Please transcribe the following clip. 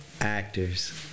Actors